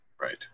Right